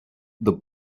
the